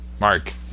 Mark